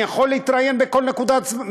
אני יכול להתראיין בכל נקודת זמן.